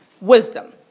wisdom